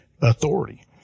authority